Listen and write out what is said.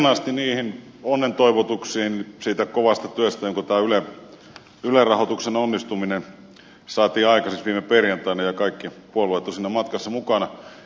yhdyn kernaasti onnentoivotuksiin siitä kovasta työstä jolla tämä yle rahoituksen onnistuminen saatiin aikaiseksi viime perjantaina ja kaikki puolueet ovat siinä matkassa mukana